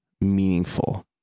meaningful